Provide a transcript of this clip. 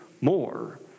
more